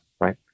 right